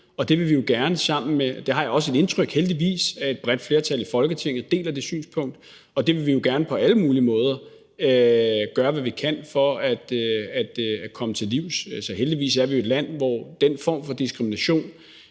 det synspunkt har jeg også et indtryk af, heldigvis, at et bredt flertal i Folketinget deler. Og der vil vi jo gerne på alle mulige måder gøre, hvad vi kan for at komme det til livs. Altså, heldigvis er vi jo et land, hvor den form for diskrimination